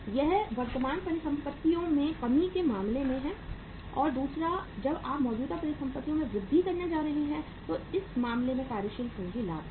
यह वर्तमान परिसंपत्तियों में कमी के मामले में है और दूसरा जब आप मौजूदा परिसंपत्तियों में वृद्धि करने जा रहे हैं तो इस मामले में कार्यशील पूंजी लाभ होगा